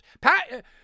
Pat